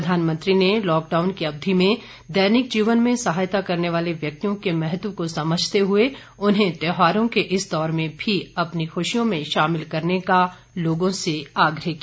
प्रधानमंत्री ने लॉकडाउन की अवधि में दैनिक जीवन में सहायता करने वाले व्यक्तियों के महत्व को समझते हुए उन्हें त्यौहारों के इस दौर में भी अपनी खुशियों में शामिल करने का लोगों से आग्रह किया